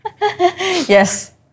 Yes